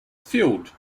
filled